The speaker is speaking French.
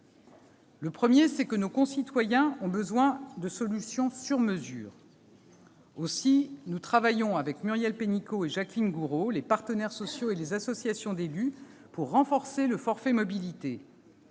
enseignement : nos concitoyens ont besoin de solutions « sur mesure ». Aussi, nous travaillons avec Muriel Pénicaud, Jacqueline Gourault, les partenaires sociaux et les associations d'élus pour renforcer le « forfait mobilités